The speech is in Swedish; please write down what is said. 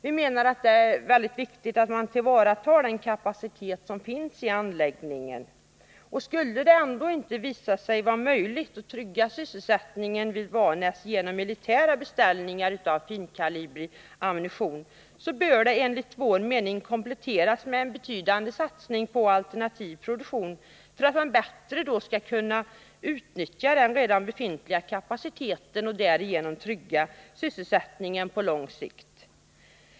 Det är, enligt vår åsikt, mycket viktigt att tillvarata den kapacitet som finns i anläggningen. Skulle det visa sig att det inte är möjligt att trygga sysselsättningen vid Vanäsverken genom militära beställningar av finkalibrig ammunition, bör enligt vår mening tillverkningen kompletteras med en betydande satsning på alternativ produktion för att man bättre skall kunna utnyttja befintlig kapacitet och trygga sysselsättningen på lång sikt.